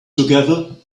together